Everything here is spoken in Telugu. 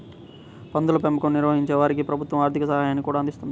పందుల పెంపకం నిర్వహించే వారికి ప్రభుత్వం ఆర్ధిక సాయాన్ని కూడా అందిస్తున్నది